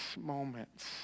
moments